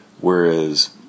whereas